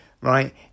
right